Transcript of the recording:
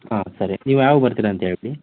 ಹಾಂ ಸರಿ ನೀವು ಯಾವಾಗ ಬರ್ತೀರಾ ಅಂತ ಹೇಳ್ಬಿಡಿ